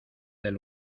del